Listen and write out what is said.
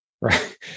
right